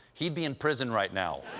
he'd be in prison right now.